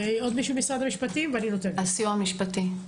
בבקשה, סיוע משפטי.